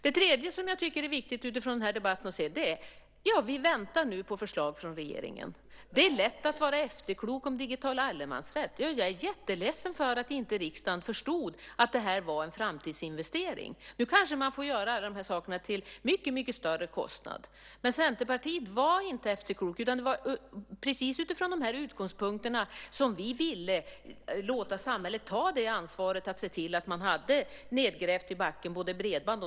Det tredje som jag tycker är viktigt att se utifrån den här debatten är att vi nu väntar på förslag från regeringen. Det är lätt att vara efterklok om digital allemansrätt. Ja, jag är jätteledsen för att riksdagen inte förstod att detta var en framtidsinvestering. Nu kanske man får göra alla dessa saker till mycket större kostnader. Men vi i Centerpartiet var inte efterkloka. Det var precis utifrån dessa utgångspunkter som vi ville låta samhället ta ansvaret att se till att gräva ned bredband i backen.